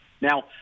Now